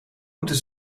moeten